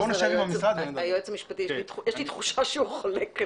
יש לי תחושה שהוא חולק עליך.